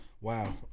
Wow